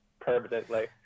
Permanently